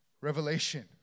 revelation